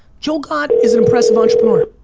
joel gott is an impressive entrepreneur.